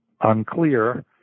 unclear